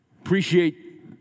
Appreciate